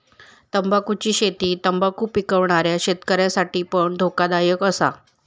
तंबाखुची शेती तंबाखु पिकवणाऱ्या शेतकऱ्यांसाठी पण धोकादायक असा